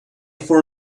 for